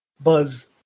Buzz